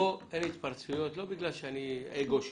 פה אין התפרצויות לא בגלל האגו שלי,